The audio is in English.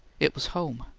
it was home.